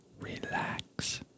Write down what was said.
relax